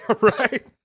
Right